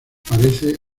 parece